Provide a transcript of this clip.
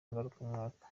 ngarukamwaka